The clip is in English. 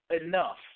enough